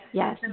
yes